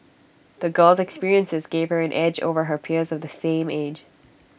the girl's experiences gave her an edge over her peers of the same age